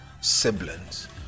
siblings